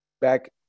back